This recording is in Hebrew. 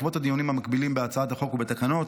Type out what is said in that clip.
בעקבות הדיונים המקבילים בהצעת החוק ובתקנות,